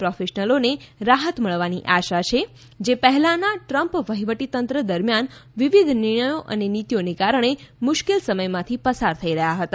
પ્રોફેશનલોને રાહત મળવાની આશા છે જે પહેલાના ટ્રમ્પ વહીવટીતંત્ર દરમિયાન વિવિધ નિર્ણયો અને નિતીઓને કારણે મુશ્કેલ સમયમાંથી પસાર થઇ રહ્યા હતા